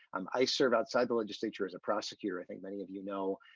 um i serve outside the legislature's a prosecutor i think many of you know.